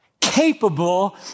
capable